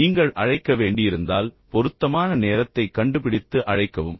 அப்படி நீங்கள் அழைக்க வேண்டியிருந்தால் மிகவும் பொருத்தமான நேரத்தைக் கண்டுபிடித்து பின்னர் அழைக்கவும்